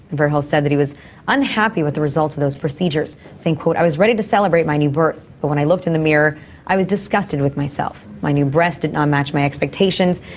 verhelst said that he was unhappy with the results of those procedures saying, i was ready to celebrate my new birth, but when i looked in the mirror i was disgusted with myself. my new breasts did not match my expectations,